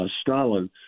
Stalin